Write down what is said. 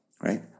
right